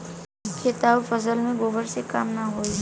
खेत मे अउर फसल मे गोबर से कम ना होई?